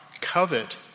covet